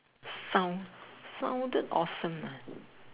sound sounded often uh